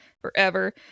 forever